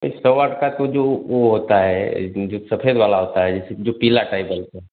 नइ सौ वाट का तो जो वो होता है जो सफेद वाला होता है जैसे जो पीला टाइप बल्फ है